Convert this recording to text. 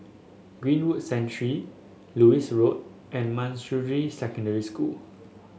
Greenwood Lewis Road and Manjusri Secondary School